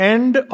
End